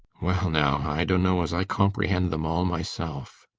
well now, i dunno as i comprehend them all myself,